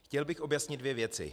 Chtěl bych objasnit dvě věci.